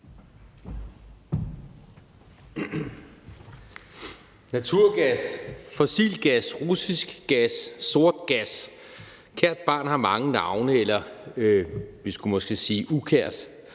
Naturgas, fossil gas, russisk gas, sort gas – kært barn har mange navne, eller vi skulle måske sige, at ukært